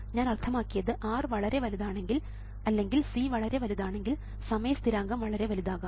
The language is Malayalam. ഞാൻ അർത്ഥമാക്കിയത് R വളരെ വലുതാണെങ്കിൽ അല്ലെങ്കിൽ C വളരെ വലുതാണെങ്കിൽ സമയ സ്ഥിരാങ്കം വളരെ വലുതാകാം